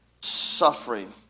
suffering